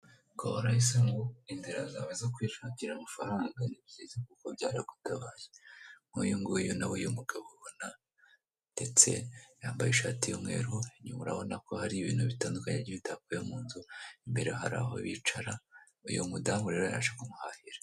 Kora yahisemo inzira zawe zo kwishakira amafaranga ni byiza kuko byaragutabaye. Nk'uyu nguyu na we uyu mugabo ubona ndetse yambaye ishati y'umweru. Inyuma urabona ko hari ibintu bitandukanye bitavuye mu nzu, imbere hari aho bicara. Uyu mudamu rero yaje kumuhahira.